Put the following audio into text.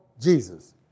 Jesus